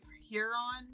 Huron